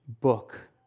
book